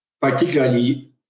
particularly